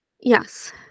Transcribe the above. yes